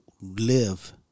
live